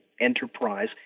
Enterprise